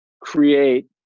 create